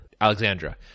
Alexandra